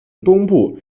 东部